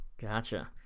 Gotcha